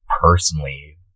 personally